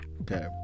Okay